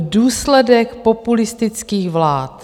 Důsledek populistických vlád.